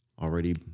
already